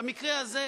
במקרה הזה,